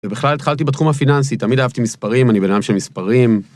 ובכלל התחלתי בתחום הפיננסי, תמיד אהבתי מספרים, אני בן אדם של מספרים.